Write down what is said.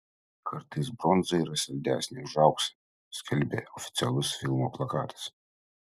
kartais bronza yra saldesnė už auksą skelbė oficialus filmo plakatas